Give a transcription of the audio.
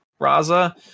Raza